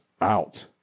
out